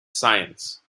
science